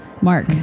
Mark